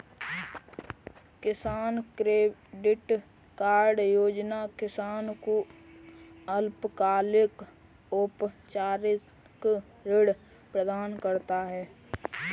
किसान credit card योजना किसान को अल्पकालिक औपचारिक ऋण प्रदान करता है